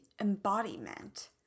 embodiment